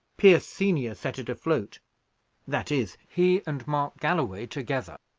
pierce senior set it afloat that is, he and mark galloway together.